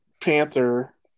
panther